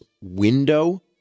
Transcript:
window